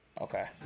Okay